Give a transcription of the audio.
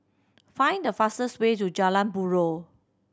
find the fastest way to Jalan Buroh